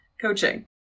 coaching